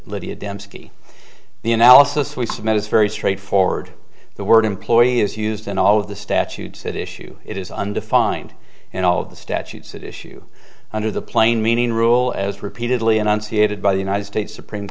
lydia dembski the analysis we submit is very straightforward the word employee is used and all of the statutes that issue it is undefined and all of the statutes that issue under the plain meaning rule as repeatedly and unseated by the united states supreme